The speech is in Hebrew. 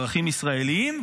ערכים ישראליים,